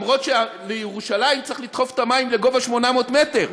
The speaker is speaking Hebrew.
אף-על-פי שלירושלים צריך לדחוף את המים לגובה 800 מטר,